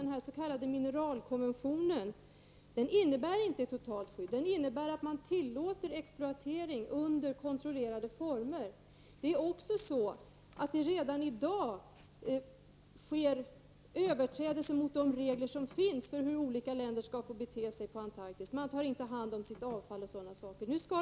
Den s.k. mineralkonventionen innebär inte ett totalt skydd. Den innebär att man tillåter exploatering under kontrollerade former. Redan i dag sker överträdelser mot de regler som finns för hur olika länder skall få bete sig på Antarktis. Man tar inte hand om sitt avfall, osv.